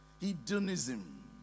Hedonism